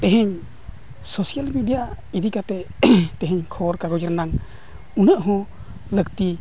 ᱛᱮᱦᱮᱧ social media ᱤᱫᱤ ᱠᱟᱛᱮᱫ ᱛᱮᱦᱮᱧ ᱠᱷᱚᱵᱚᱨ ᱠᱟᱜᱚᱡᱽ ᱨᱮᱱᱟᱜ ᱩᱱᱟᱹᱜ ᱦᱚᱸ ᱞᱟᱹᱠᱛᱤ